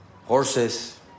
horses